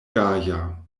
gaja